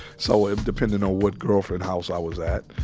so, it depended on what girlfriend's house i was at.